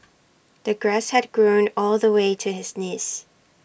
the grass had grown all the way to his knees